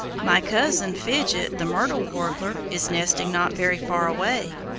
my cousin, fidget the myrtle warbler, is nesting not very far away,